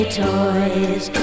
toys